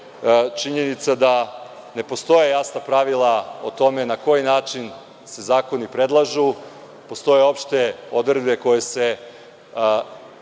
činjenica da ne postoje jasna pravila o tome na koji način se zakoni predlažu. Postoje opšte odredbe koje se